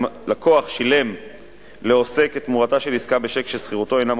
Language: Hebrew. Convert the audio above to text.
אם לקוח שילם לעוסק את תמורתה של עסקה בצ'ק שסחירותו אינה מוגבלת,